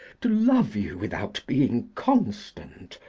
to love you without being constant,